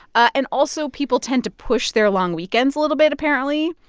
and also people tend to push their long weekends a little bit, apparently.